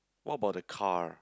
what about the car